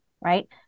right